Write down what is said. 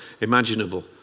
imaginable